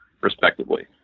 respectively